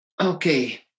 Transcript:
okay